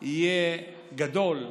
יהיה גדול ועסיסי.